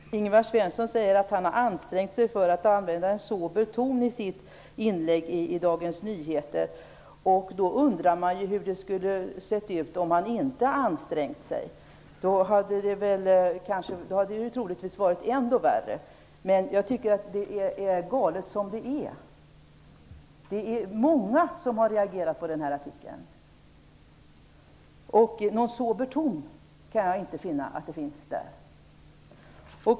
Herr talman! Ingvar Svensson säger att han har ansträngt sig för att använda en sober ton i sitt inlägg i Dagens Nyheter. Då undrar man hur det skulle ha sett ut om han inte hade ansträngt sig. Då hade det troligtvis varit ännu värre. Jag tycker att det är galet som det är. Det är många som har reagerat på den här artikeln. Någon sober ton kan jag inte finna där.